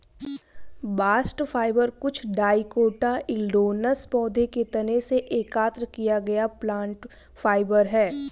bast fibre कुछ dicotyledonous पौधों के तने से एकत्र किया गया प्लांट फाइबर है